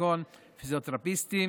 כגון פיזיותרפיסטים,